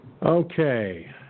Okay